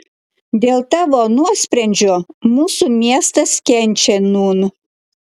dėl tavo nuosprendžio mūsų miestas kenčia nūn